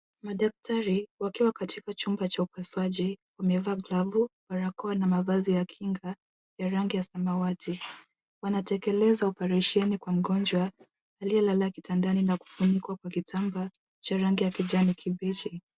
Madaktari wakiwa katika chumba cha upasuaji wamevaa glavu, barakoa na mavazi ya kinga ya rangi ya samawati. Wanatekeleza operation kwa mgonjwa aliyelala kitandani na kufunikwa kwa kitambaa cha rangi ya kijani kibichi.